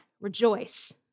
Rejoice